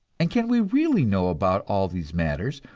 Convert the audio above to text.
and can we really know about all these matters,